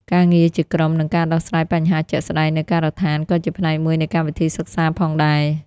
ការងារជាក្រុមនិងការដោះស្រាយបញ្ហាជាក់ស្តែងនៅការដ្ឋានក៏ជាផ្នែកមួយនៃកម្មវិធីសិក្សាផងដែរ។